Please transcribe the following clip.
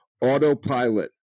autopilot